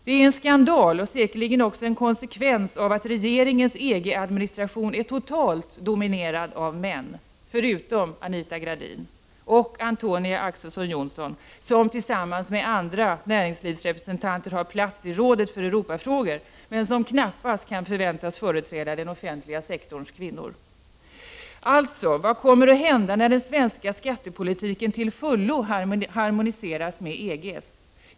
Det är en skandal, och säkerligen också en konsekvens av att regeringens EG-administration är totalt dominerad av män, förutom Anita Gradin och Antonia Ax:son Johnsson som tillsammans med andra näringslivsrepresentanter har plats i Rådet för Europafrågor men som knappast kan förväntas företräda den offentliga sektorns kvinnor. Alltså: Vad kommer att hända när den svenska skattepolitiken till fullo harmoniseras med EG:s?